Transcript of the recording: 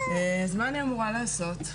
מה אני אמורה לעשות?